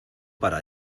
para